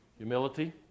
Humility